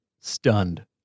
stunned